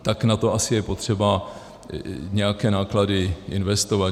Tak na to je asi potřeba nějaké náklady investovat.